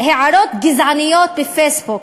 הערות גזעניות בפייסבוק,